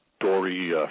Dory